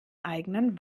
eigenen